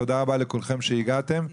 תודה רבה לכולכם שהגעתם,